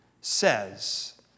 says